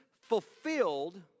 fulfilled